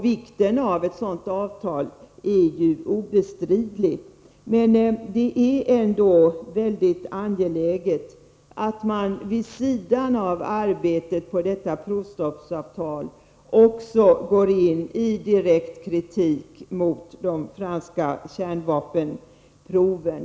Vikten av ett sådant avtal är obestridlig. Det är ändå mycket angeläget att vi vid sidan av arbetet med detta avtal också går in i direkt kritik mot de franska kärnvapenproven.